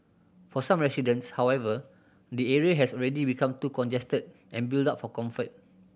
for some residents however the area has already become too congested and built up for comfort